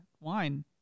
wine